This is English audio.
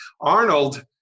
Arnold